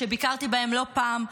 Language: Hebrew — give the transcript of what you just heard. שביקרתי בהן לא פעם,